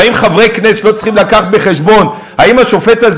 והאם חברי כנסת לא צריכים לקחת בחשבון אם השופט הזה